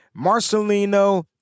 marcelino